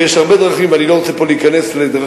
ויש הרבה דרכים ואני לא רוצה פה להיכנס לדרכים